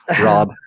Rob